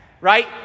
right